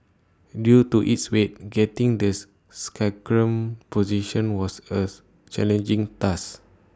due to its weight getting this sacrum positioned was challenging task